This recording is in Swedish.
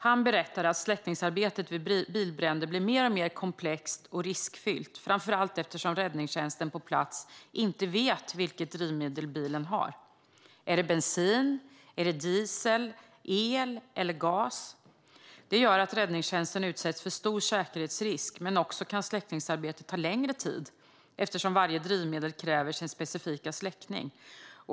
Han berättade att släckningsarbetet vid bilbränder blir mer och mer komplext och riskfyllt, framför allt eftersom räddningstjänsten på plats inte vet vilket drivmedel bilen har. Är det bensin, diesel, el eller gas? Detta gör att räddningstjänsten utsätts för stor säkerhetsrisk men också att släckningsarbetet kan ta längre tid, eftersom varje drivmedel kräver sin specifika släckning.